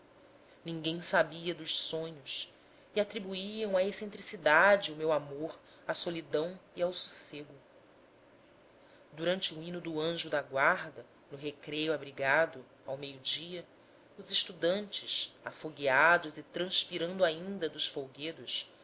ninguém sabia dos sonhos e atribuíam à excentricidade o meu amor à solidão e ao sossego durante o hino do anjo da guarda no recreio abrigado ao meio-dia os estudantes afogueados e transpirando ainda dos folguedos